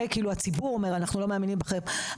הציבור אומר: אנחנו לא מאמינים בכם,